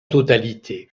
totalité